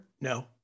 No